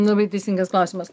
labai teisingas klausimas